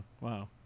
Wow